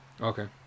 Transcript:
Okay